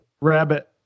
rabbit